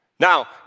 Now